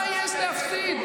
מה יש להפסיד?